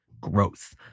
growth